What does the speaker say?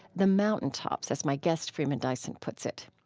the mountaintops, as my guest, freeman dyson, puts it.